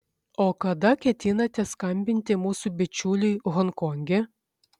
o kada ketinate skambinti mūsų bičiuliui honkonge